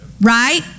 Right